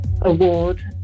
award